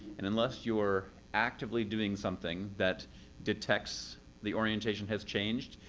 and unless you're actively doing something that detects the orientation has changed,